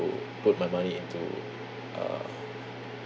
put my money into uh